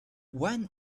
when